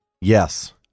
Yes